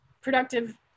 productive